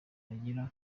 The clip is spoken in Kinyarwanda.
agira